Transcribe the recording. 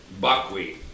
Buckwheat